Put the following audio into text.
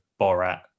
Borat